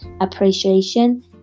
appreciation